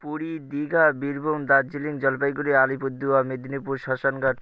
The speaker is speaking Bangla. পুরী দীঘা বীরভূম দার্জিলিং জলপাইগুড়ি আলিপুরদুয়ার মেদিনীপুর শ্মশানঘাট